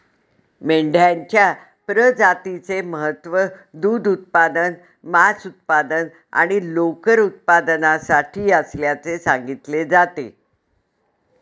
मेंढ्यांच्या प्रजातीचे महत्त्व दूध उत्पादन, मांस उत्पादन आणि लोकर उत्पादनासाठी असल्याचे सांगितले जाते